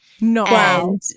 No